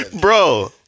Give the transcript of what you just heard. bro